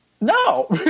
No